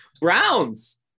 Browns